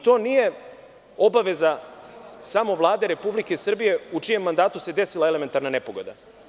To nije obaveza samo Vlade Republike Srbije u čijem mandatu se desila elementarna nepogoda.